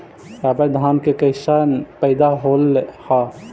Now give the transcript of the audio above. अबर धान के कैसन पैदा होल हा?